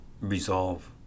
resolve